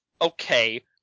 Okay